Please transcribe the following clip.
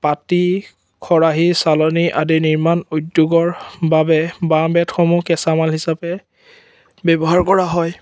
পাতি খৰাহী চালনী আদি নিৰ্মাণ উদ্যোগৰ বাবে বাঁহ বেতসমূহ কেঁচামাল হিচাপে ব্যৱহাৰ কৰা হয়